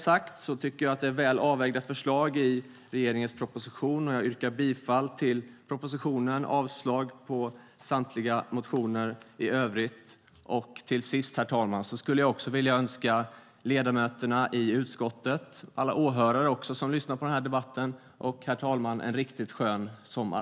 Jag tycker att det är väl avvägda förslag i regeringens proposition, och jag yrkar bifall till propositionen och avslag på samtliga motioner i övrigt. Till sist skulle jag också vilja önska ledamöterna i utskottet, alla åhörare och herr talmannen en riktigt skön sommar.